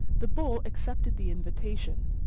the bull accepted the invitation,